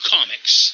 Comics